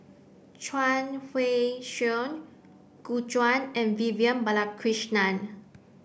Chuang Hui Tsuan Gu Juan and Vivian Balakrishnan